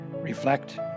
Reflect